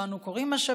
שבו אנו כורים משאבים,